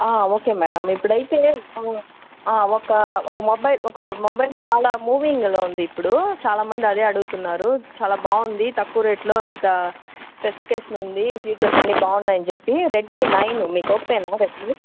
ఒకే madam ఇప్పుడైతే ఒక ఒక మొబైల్ చాలా మూవింగ్లో ఉంది ఇప్పుడు చాలా మంది అదే అడుగుతున్నారు చాలా బాగుంది తక్కువ రేట్లో ఇంత స్పెసిఫికేషన్ ఉంది ఫీచర్స్ అన్నీ బాగున్నాయి అని చెప్పి రెడ్మి నైన్ మీకు ఒకేనా రెడ్మి